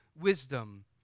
wisdom